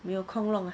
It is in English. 你有空弄 ah